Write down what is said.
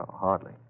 hardly